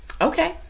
Okay